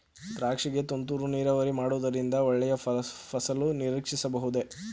ದ್ರಾಕ್ಷಿ ಗೆ ತುಂತುರು ನೀರಾವರಿ ಮಾಡುವುದರಿಂದ ಒಳ್ಳೆಯ ಫಸಲು ನಿರೀಕ್ಷಿಸಬಹುದೇ?